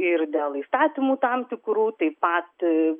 ir dėl įstatymų tam tikrų taip pat